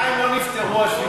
בינתיים לא נפתרו השביתות.